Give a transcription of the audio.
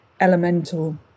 elemental